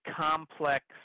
complex